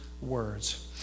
words